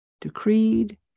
decreed